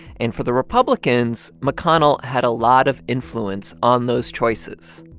and for the republicans, mcconnell had a lot of influence on those choices.